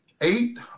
Eight